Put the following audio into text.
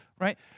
right